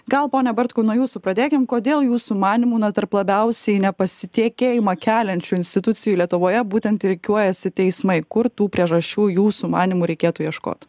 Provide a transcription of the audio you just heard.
gal pone bartkau nuo jūsų pradėkim kodėl jūsų manymu tarp labiausiai nepasitėkėjimą keliančių institucijų lietuvoje būtent rikiuojasi teismai kur tų priežasčių jūsų manymu reikėtų ieškot